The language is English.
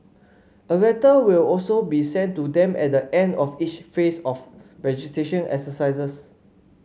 a letter will also be sent to them at the end of each phase of the registration exercisers